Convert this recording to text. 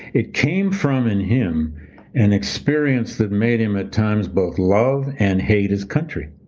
it came from in him in experience that made him at times both love and hate his country.